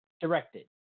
Directed